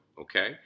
okay